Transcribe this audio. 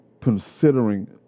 considering